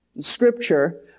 Scripture